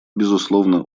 безусловно